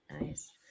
Nice